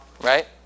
right